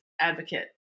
advocate